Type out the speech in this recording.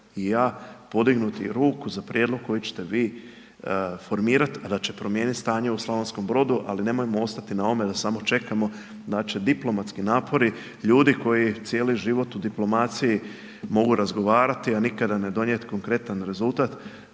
i ja podignuti ruku za prijedlog koji će te vi formirat a da će promijenit stanje u Slavonskom Brodu, ali nemojmo ostati na ovome da samo čekamo da će diplomatski napori ljudi koji cijeli život u diplomaciji mogu razgovarati, a nikada ne donijet konkretan rezultat,